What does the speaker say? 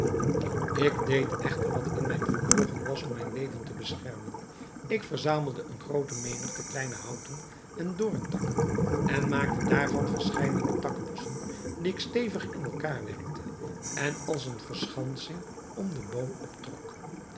ik deed echter wat in mijn vermogen was om mijn leven te beschermen ik verzamelde eene groote menigte kleine houten en doorntakken en maakte daarvan verscheidene takkebossen die ik stevig in elkander werkte en als eene verschansing om den boom optrok